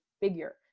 figure